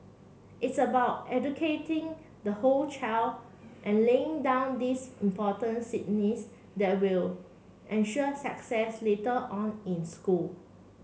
it's about educating the whole child and laying down these important that will ensure success later on in school